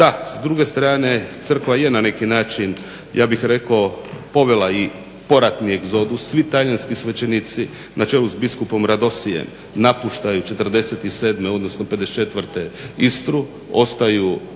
Da, s druge strane crkva je na neki način ja bih rekao povela i poratni egzodus. Svi talijanski svećenici na čelu s biskupom Radosijem napuštaju '47. odnosno '54. Istru, ostaju